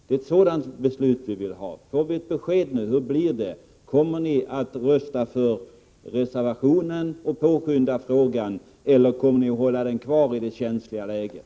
Det är ett sådant beslut vi vill ha. Får vi ett besked nu: Kommer ni att rösta för reservationen och påskynda frågan, eller kommer ni att hålla den kvar i det känsliga läget?